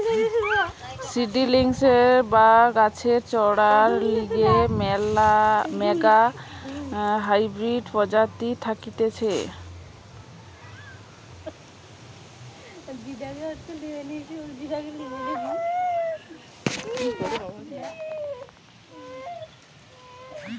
seedlings বা গাছের চরার লিগে ম্যালা হাইব্রিড প্রজাতি থাকতিছে